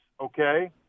okay